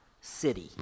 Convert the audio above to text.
city